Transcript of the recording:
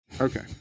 Okay